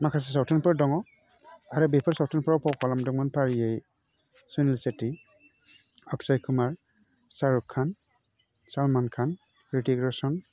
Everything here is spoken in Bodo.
माखासे सावथुनफोर दङ आरो बेफोर सावथुनफोराव फाव खालामदोंमोन फारियै सुनिल शेट्टि अकशय कुमार शारुक खान सलमान खान रितिक रसन